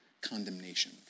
condemnation